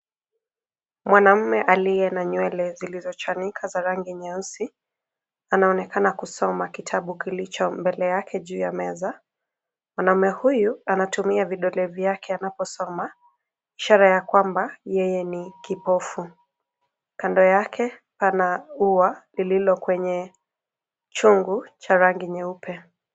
Mwanamume aliye na nywele zilizochanika za rangi nyeusi anaonekana kusoma kitabu kilicho mbele yake juu ya meza. Mwanamume huyu anatumia vidole vyake anaposoma ishara ya kwamba yeye ni kipofu. Kando yake pana ua lililo kwenye chungu cha rangi nyeupe.